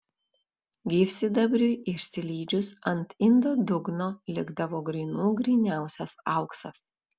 gyvsidabriui išsilydžius ant indo dugno likdavo grynų gryniausias auksas